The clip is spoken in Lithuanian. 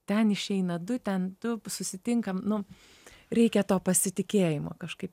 ten išeina du ten du susitinkam nu reikia to pasitikėjimo kažkaip